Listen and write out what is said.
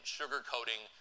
sugarcoating